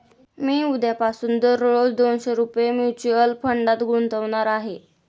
मी उद्यापासून दररोज दोनशे रुपये म्युच्युअल फंडात गुंतवणार आहे